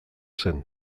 zen